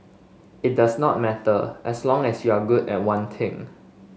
it does not matter as long as you're good at one thing